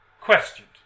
questioned